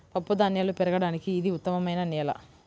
పప్పుధాన్యాలు పెరగడానికి ఇది ఉత్తమమైన నేల